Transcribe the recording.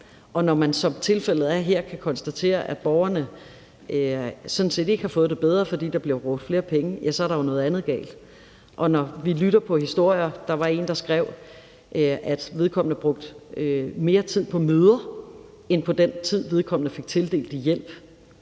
om. Når man, som tilfældet er her, kan konstatere, at borgerne sådan set ikke har fået det bedre, fordi der bliver brugt flere penge, er der jo noget andet galt, og når vi lytter til historier og der f.eks. er en, der skriver, at vedkommende brugte mere tid på møder end den tid, vedkommende fik tildelt i hjælp,